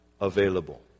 available